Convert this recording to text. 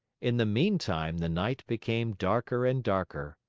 in the meantime, the night became darker and darker.